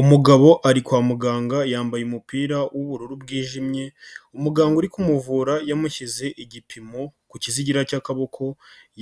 Umugabo ari kwa muganga yambaye umupira w'ubururu bwijimye, umuganga uri kumuvura yamushyize igipimo ku kizigira cy'akaboko,